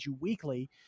Weekly